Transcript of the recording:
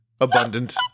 abundant